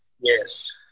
Yes